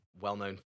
well-known